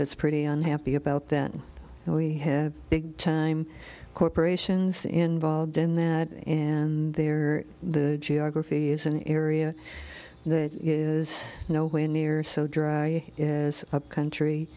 that's pretty unhappy about that and we have big time corporations involved in that and there the geography is an area that is nowhere near so dry as a country